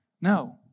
No